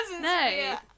No